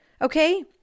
okay